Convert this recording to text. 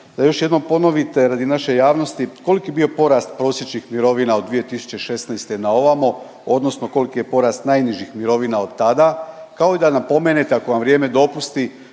da još jednom ponovite radi naše javnosti koliki je bio porast prosječnih mirovina od 2016. na ovamo odnosno koliki je porast najnižih mirovina od tada kao i da napomenete ako vam vrijeme dopusti